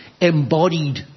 embodied